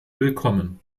willkommen